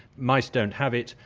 mice don't have it,